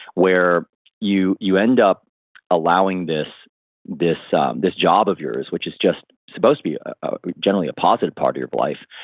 where you you end up allowing this this um job of yours, which is just supposed to be generally a positive part of your life,